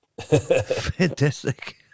Fantastic